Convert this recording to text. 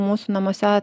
mūsų namuose